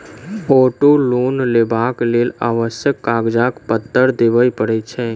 auto loan लेबाक लेल आवश्यक कागज पत्तर देबअ पड़ैत छै